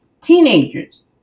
teenagers